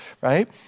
right